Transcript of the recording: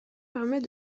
permet